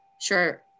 sure